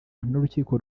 n’urukiko